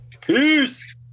peace